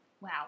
Wow